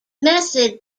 method